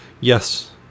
yes